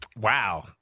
Wow